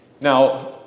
Now